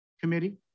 committee